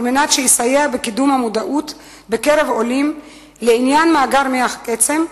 על מנת שיסייע בקידום המודעות בקרב עולים לעניין מאגר מוח עצם,